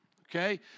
okay